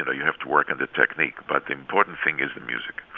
and you have to work on the technique. but the important thing is the music.